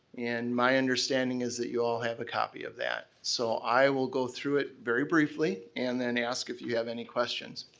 and my understanding is that you all have a copy of that, so i will go through it very briefly and then ask if you have any questions.